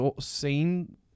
seen